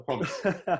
promise